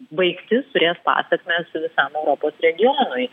baigtis turės pasekmes visam europos regionui